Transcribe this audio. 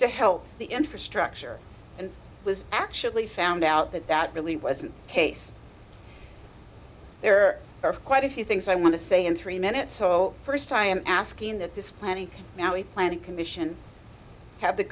to help the infrastructure and was actually found out that that really wasn't case there are quite a few things i want to say in three minutes so first i am asking that this planning now is planning commission have the